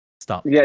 stop